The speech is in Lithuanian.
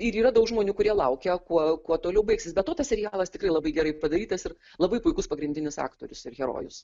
ir yra daug žmonių kurie laukia kuo kuo toliau baigsis be to tas serialas tikrai labai gerai padarytas ir labai puikus pagrindinis aktorius ir herojus